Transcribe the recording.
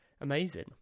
Amazing